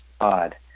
odd